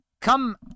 Come